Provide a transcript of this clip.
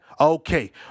Okay